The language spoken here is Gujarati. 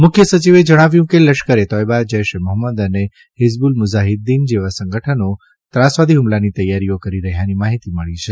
મુખ્ય સચિવે જણાવ્યું કે લશ્કરે તોયબા જૈશે મહંમદ અને હિઝબુલ મુજાહીદ્દીન જેવાં સંગઠનો ત્રાસવાદી હ્મલાની તૈયારીઓ કરી રહ્યાની માહીતી મળી છે